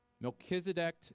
Melchizedek